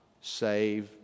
save